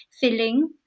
filling